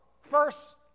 First